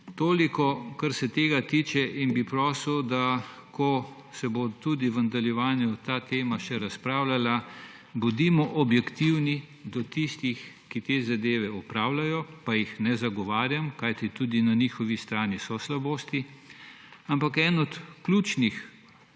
Toliko, kar se tega tiče. In bi prosil, da ko se bo tudi v nadaljevanju o tej temi še razpravljalo, bodimo objektivni do tistih, ki te zadeve opravljajo. Pa jih ne zagovarjam, kajti tudi na njihovi strani so slabosti, ampak en od ključnih